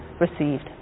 received